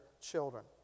children